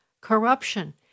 corruption